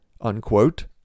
unquote